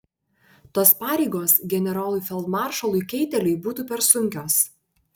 tos pareigos generolui feldmaršalui keiteliui būtų per sunkios